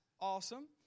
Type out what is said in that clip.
awesome